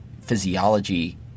physiology